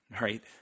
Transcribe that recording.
right